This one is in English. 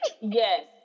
Yes